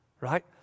right